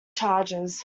charges